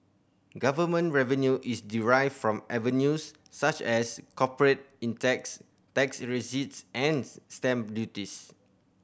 government revenue is derived from avenues such as corporate in tax tax receipts and stamp duties